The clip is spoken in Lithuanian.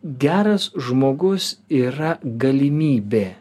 geras žmogus yra galimybė